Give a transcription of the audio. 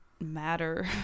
matter